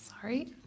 Sorry